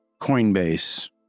Coinbase